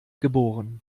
geboren